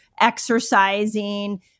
exercising